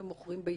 שהם מוכרים ביצים.